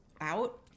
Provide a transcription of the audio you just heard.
Out